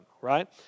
right